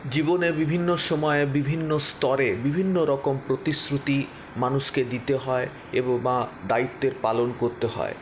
জীবনে বিভিন্ন সময়ের বিভিন্ন স্তরে বিভিন্নরকম প্রতিশ্রুতি মানুষকে দিতে হয়ে এবং বা দায়িত্বের পালন করতে হয়